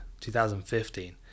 2015